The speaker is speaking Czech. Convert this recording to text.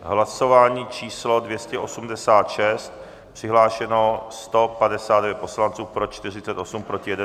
Hlasování číslo 286, přihlášeno 159 poslanců, pro 48, proti 1.